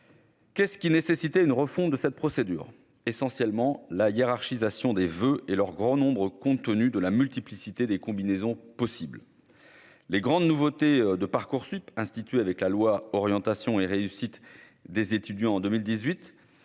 Qu'est-ce qui nécessitait une refonte de cette procédure essentiellement la hiérarchisation des voeux et leur grand nombre, compte tenu de la multiplicité des combinaisons possibles les grandes nouveautés de Parcoursup institut avec la loi, orientation et réussite des étudiants en 2018